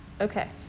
Okay